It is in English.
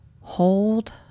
Hold